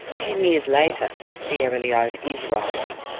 ten years later sierra leone is rising.